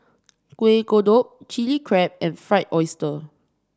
Kueh Kodok Chili Crab and Fried Oyster